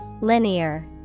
Linear